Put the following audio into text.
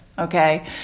Okay